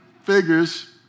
figures